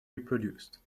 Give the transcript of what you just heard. reproduced